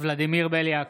ולדימיר בליאק,